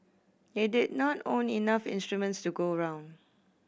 he did not own enough instruments to go around